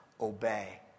obey